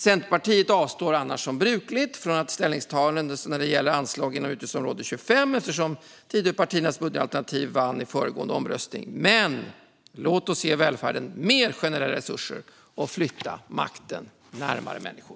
Centerpartiet avstår som brukligt från ställningstagande när det gäller anslagen inom utgiftsområde 25 eftersom Tidöpartiernas budgetalternativ vann i föregående omröstning. Men låt oss ge välfärden mer generella resurser och flytta makten närmare människor!